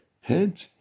head